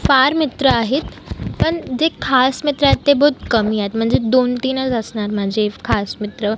फार मित्र आहेत पण जे खास मित्र आहेत ते बहुत कमी आहेत म्हणजे दोनतीनच असणार माझे फ् खास मित्र